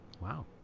Wow